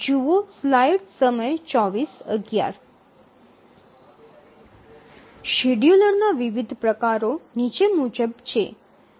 શેડ્યુલરના વિવિધ પ્રકારો નીચે મુજબ છે